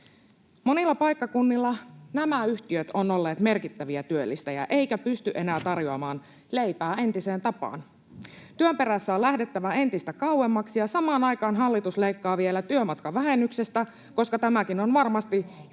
Monilla paikkakunnilla nämä yhtiöt ovat olleet merkittäviä työllistäjiä eivätkä ne pysty enää tarjoamaan leipää entiseen tapaan. Työn perässä on lähdettävä entistä kauemmaksi, ja samaan aikaan hallitus leikkaa vielä työmatkavähennyksestä, koska tämäkin on varmasti